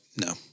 no